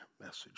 message